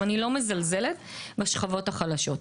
אני לא מזלזלת בשכבות החלשות.